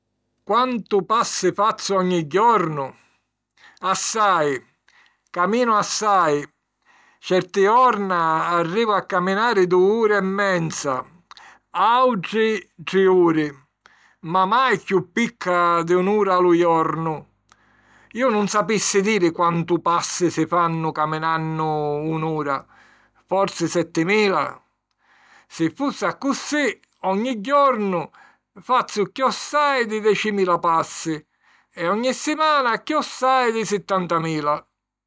Qantu passi fazzu ogni jornu? Assai; caminu assai; certi jorna arrivu a caminari dui uri e menza, àutri tri uri ma mai chiù picca di un'ura a lu jornu. Iu nun sapissi diri quantu passi si fannu caminannu un'ura. Forsi settimila? Si fussi accussì, ogni jornu fazzu chiossai di decimila passi e ogni simana chiossai di sittantamila